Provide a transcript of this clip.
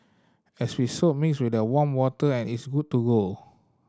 as with soap mix with warm water and it's good to go